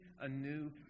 anew